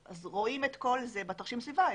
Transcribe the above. רואים את כל זה בתרשים הסביבה.